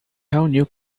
reuniu